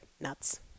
nuts